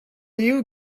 you